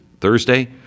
Thursday